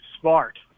Smart